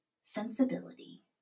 Sensibility